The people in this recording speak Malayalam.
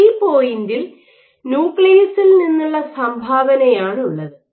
സി പോയിന്റിൽ ന്യൂക്ലിയസിൽ നിന്നുള്ള സംഭാവനയാണുള്ളത്